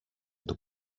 του